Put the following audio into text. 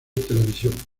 televisión